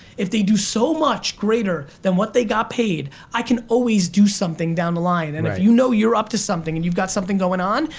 if they do so much greater than what they got paid, i can always do something down the line, and if you know you're up to something, and you've got something going on,